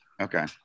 Okay